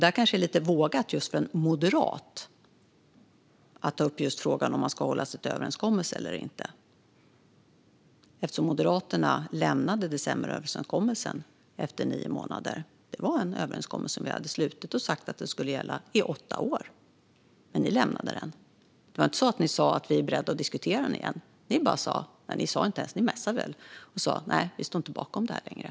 Det är kanske lite vågat av en moderat att ta upp frågan om att hålla sig till överenskommelser eller inte. Moderaterna lämnade ju decemberöverenskommelsen efter nio månader. Det var en överenskommelse som vi slutit och sagt att den skulle gälla i åtta år, men ni lämnade den. Ni sa inte att ni var beredda att diskutera den igen, utan ni sa - eller messade - bara att ni inte stod bakom den längre.